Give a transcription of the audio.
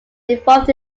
involved